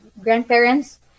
grandparents